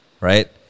Right